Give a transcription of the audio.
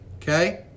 okay